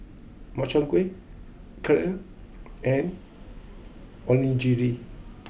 Makchang Gui Kheer and Onigiri